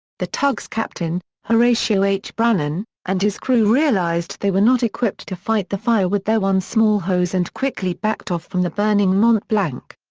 the tug's captain, horatio h. brannen, and his crew realized they were not equipped to fight the fire with their one small hose and quickly backed off from the burning mont blanc.